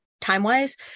time-wise